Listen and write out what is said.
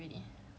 they don't let